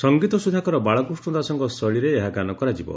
ସଂଗୀତ ସୁଧାକର ବାଳକୃଷ୍ଠ ଦାସଙ୍କ ଶୈଳୀରେ ଏହା ଗାନ କରାଯିବ